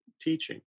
teaching